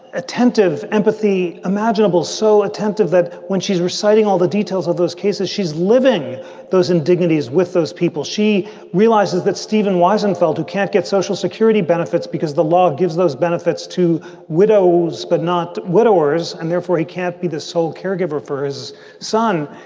attentive empathy imaginable. so attentive that when she's reciting all the details of those cases, she's living those indignities with those people. she realizes that stephen weisenfeld, who can't get social security benefits because the law gives those benefits to widows, but not widowers, and therefore he can't be the sole caregiver for his son.